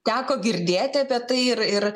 teko girdėti apie tai ir ir